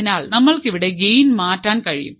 അതിനാൽ നമ്മൾക്ക് ഇവിടെ ഗെയ്ൻ മാറ്റാൻ കഴിയും